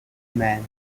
man